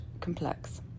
complex